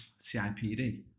CIPD